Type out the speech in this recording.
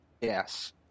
Yes